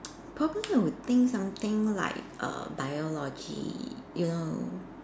probably I would think something like err biology you know